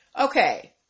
Okay